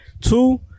Two